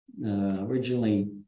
originally